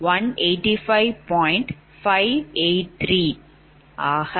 5830